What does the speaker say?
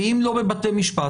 ואם לא בבתי משפט,